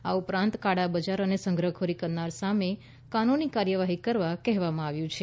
આ ઉપરાંત કાળા બજાર અને સંગ્રહખોરી કરનારા સામે કાનૂની કાર્યવાહી કરવા કહેવામાં આવ્યું છે